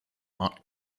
art